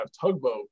Tugboat